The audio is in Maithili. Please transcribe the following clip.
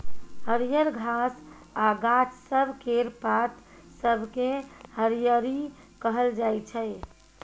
हरियर घास आ गाछ सब केर पात सबकेँ हरियरी कहल जाइ छै